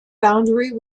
boundary